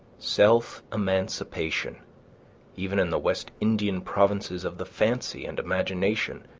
self-emancipation even in the west indian provinces of the fancy and imagination